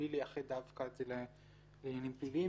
בלי לייחד את זה דווקא לעניינים פליליים,